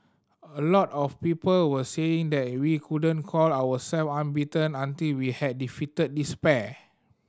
a lot of people were saying that we couldn't call our self unbeaten until we had defeated this pair